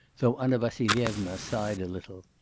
though anna vassilyevna sighed a little.